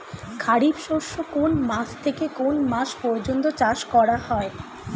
খারিফ শস্য কোন মাস থেকে কোন মাস পর্যন্ত চাষ করা হয়?